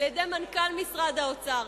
על-ידי מנכ"ל משרד האוצר,